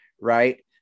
right